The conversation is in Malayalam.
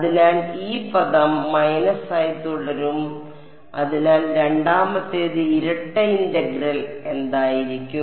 അതിനാൽ ഈ പദം മൈനസ് ആയി തുടരും അതിനാൽ രണ്ടാമത്തേത് ഇരട്ട ഇന്റഗ്രൽ എന്തായിരിക്കും